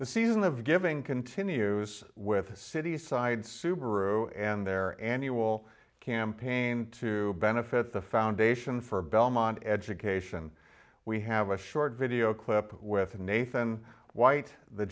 the season of giving continues with the city's side subaru and their annual campaign to benefit the foundation for belmont education we have a short video clip with nathan white the